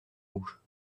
rouges